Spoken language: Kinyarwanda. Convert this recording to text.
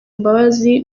imbabazi